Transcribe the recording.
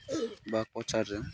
बा कचारजों